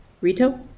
Rito